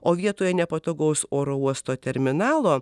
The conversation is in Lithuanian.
o vietoje nepatogaus oro uosto terminalo